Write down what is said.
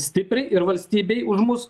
stipriai ir valstybei už mus